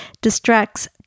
distracts